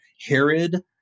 Herod